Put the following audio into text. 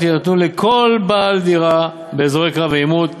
יינתנו לכל בעל דירה באזורי קו העימות,